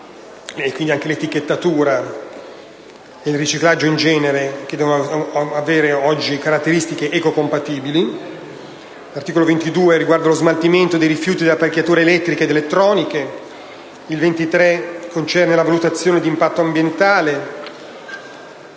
L'articolo 22 riguarda lo smaltimento di rifiuti da apparecchiature elettriche ed elettroniche. L'articolo 23 concerne la valutazione di impatto ambientale.